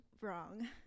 wrong